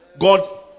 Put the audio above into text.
God